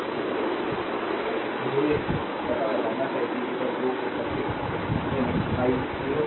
slide time देखें 1332 मुझे पता लगाना है कि फिगर 2 के सर्किट में I 0 और v0 हैं